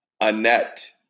Annette